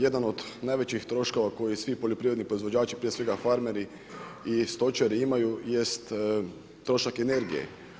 Jedan od najvećih troškova koju svi poljoprivredni proizvođači, prije svega farmeri i stočari imaju jest trošak energije.